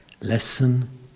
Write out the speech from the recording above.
Lesson